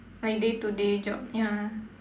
my day to day job ya